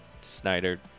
Snyder